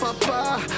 Papa